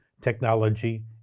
Technology